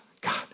God